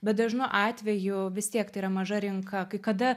bet dažnu atveju vis tiek tai yra maža rinka kai kada